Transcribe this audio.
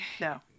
no